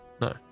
No